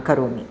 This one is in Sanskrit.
करोमि